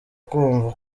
kumva